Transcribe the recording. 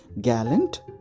gallant